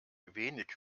wenig